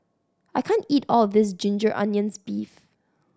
I can't eat all of this ginger onions beef